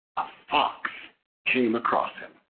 a fox came across him,